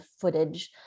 footage